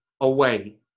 away